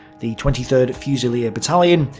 the twenty third fusilier battalion,